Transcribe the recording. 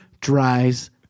dries